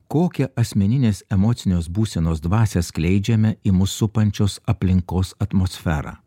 kokia asmeninės emocinės būsenos dvasią skleidžiame į mus supančios aplinkos atmosferą